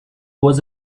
was